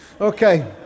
Okay